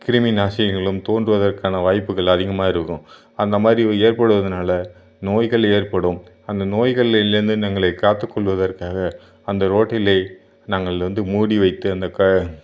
கிருமிநாசினிகளும் தோன்றுவதற்கான வாய்ப்புகள் அதிகமாக இருக்கும் அந்தமாதிரி ஏற்படுவதுனால் நோய்கள் ஏற்படும் அந்த நோய்களிலேருந்து எங்களை காத்துக்கொள்வதற்காக அந்த ரோட்டில் நாங்கள் வந்து மூடி வைத்து அந்த